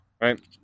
right